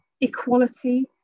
equality